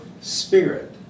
spirit